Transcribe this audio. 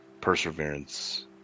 perseverance